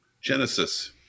Genesis